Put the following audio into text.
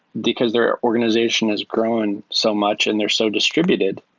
because their organization is growing so much and they're so distributed,